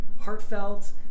heartfelt